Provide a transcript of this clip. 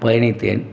பயணித்தேன்